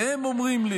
והם אומרים לי